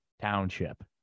township